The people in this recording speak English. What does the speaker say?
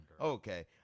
okay